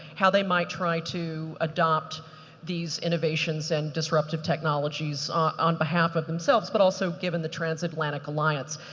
how they might try to adopt these innovations and disruptive technologies on behalf of themselves, but also given the transatlantic alliance.